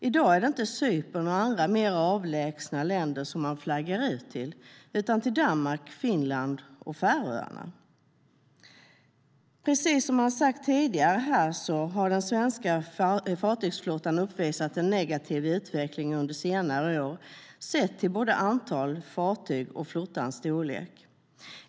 I dag är det inte Cypern och andra mer avlägsna länder som man flaggar ut till, utan det är till Danmark, Finland och Färöarna.Precis som har sagts tidigare har den svenska fartygsflottan uppvisat en negativ utveckling under senare år, sett till både antal fartyg och flottans storlek.